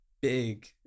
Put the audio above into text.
big